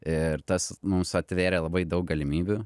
ir tas mums atvėrė labai daug galimybių